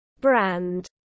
brand